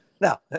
now